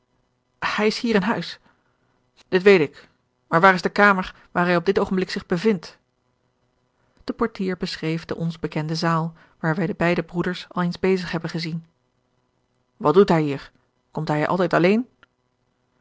hij is hier in huis dit weet ik maar waar is de kamer waar hij op dit oogenblik zich bevindt de portier beschreef de ons bekende zaal waar wij de beide broeders al eens bezig hebben gezien wat doet hij hier komt hij altijd alleen